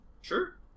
sure